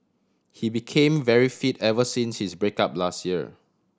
he became very fit ever since his break up last year